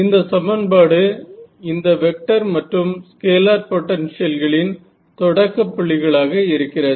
இந்த சமன்பாடு இந்த வெக்டர் மற்றும் ஸ்கேலார் பொட்டன்ஷியல்களின் தொடக்கப் புள்ளிகளாக இருக்கிறது